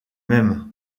mêmes